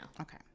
Okay